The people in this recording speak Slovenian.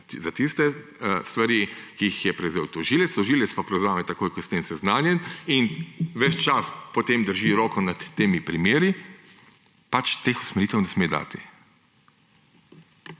pri tistih stvareh, ki jih je prevzel tožilec, tožilec pa jih prevzame takoj, ko je s tem seznanjen, in ves čas potem drži roko nad temi primeri, pač teh usmeritev ne sme dati.